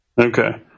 Okay